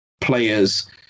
players